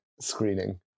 screening